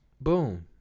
boom